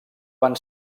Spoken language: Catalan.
van